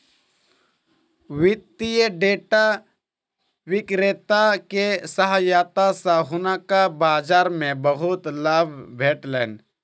वित्तीय डेटा विक्रेता के सहायता सॅ हुनका बाजार मे बहुत लाभ भेटलैन